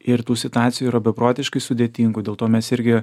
ir tų situacijų yra beprotiškai sudėtingų dėl to mes irgi